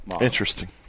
Interesting